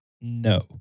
No